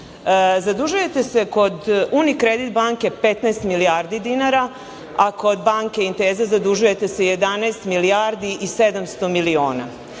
Zadužujete se kod „Unikredit banke“ 15 milijardi dinara, a kod „Banke Inteze“ zadužujete se 11 milijardi i 700 miliona.